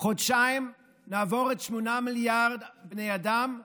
כחודשיים נעבור את 8 מיליארד בני אדם בעולם.